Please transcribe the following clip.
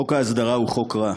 חוק ההסדרה הוא חוק רע.